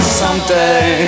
someday